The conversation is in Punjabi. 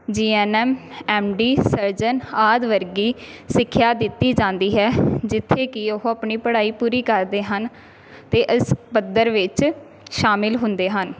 ਜੀ N M M D surgeon ਆਦਿ ਵਰਗੀ ਸਿੱਖਿਆ ਦਿੱਤੀ ਜਾਂਦੀ ਹੈ ਜਿੱਥੇ ਕਿ ਉਹ ਆਪਣੀ ਪੜ੍ਹਾਈ ਪੂਰੀ ਕਰਦੇ ਹਨ ਅਤੇ ਇਸ ਪੱਧਰ ਵਿੱਚ ਸ਼ਾਮਿਲ ਹੁੰਦੇ ਹਨ